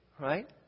right